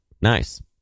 Nice